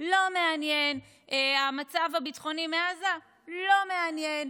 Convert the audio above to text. לא מעניין, המצב הביטחוני מעזה, לא מעניין.